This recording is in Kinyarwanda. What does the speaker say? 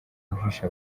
guhisha